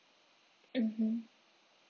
mmhmm